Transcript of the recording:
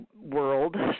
world